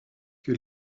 que